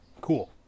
cool